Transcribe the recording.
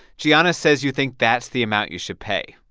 giana says you think that's the amount you should pay.